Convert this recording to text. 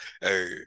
Hey